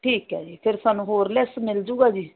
ਠੀਕ ਹੈ ਜੀ ਫਿਰ ਸਾਨੂੰ ਹੋਰ ਲੈਸ ਮਿਲ ਜੂਗਾ ਜੀ